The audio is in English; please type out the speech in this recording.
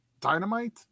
dynamite